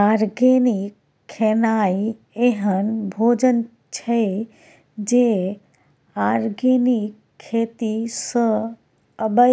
organic खेनाइ एहन भोजन छै जे आर्गेनिक खेती सँ अबै